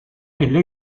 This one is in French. elle